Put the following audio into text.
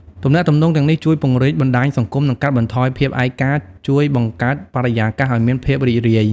ទំនាក់ទំនងទាំងនេះជួយពង្រីកបណ្ដាញសង្គម និងកាត់បន្ថយភាពឯកា ជួយបង្កើតបរិយាកាសអោយមានភាពរីករាយ ។